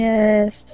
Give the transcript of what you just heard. Yes